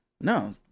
No